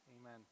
amen